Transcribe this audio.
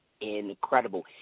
incredible